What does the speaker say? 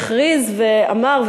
הכריז ואמר,